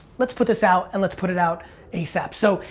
let's put this out, and let's put it out asap. so,